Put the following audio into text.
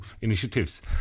initiatives